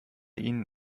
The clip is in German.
ihnen